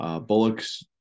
Bullock's